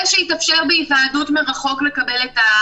ושיתאפשר לקבל החלטות בהתוועדות מרחוק,